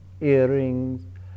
earrings